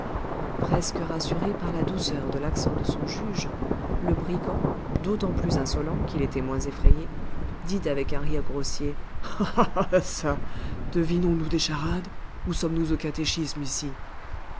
presque rassuré par la douceur de l'accent de son juge le brigand d'autant plus insolent qu'il était moins effrayé dit avec un rire grossier ah çà devinons nous des charades ou sommes-nous au catéchisme ici